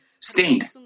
stained